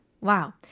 Wow